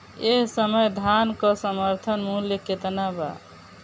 एह समय धान क समर्थन मूल्य केतना बा?